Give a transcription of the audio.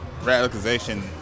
radicalization